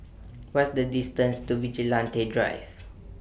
What IS The distance to Vigilante Drive